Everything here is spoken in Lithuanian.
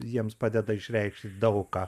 jiems padeda išreikšti daug ką